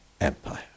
empire